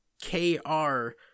K-R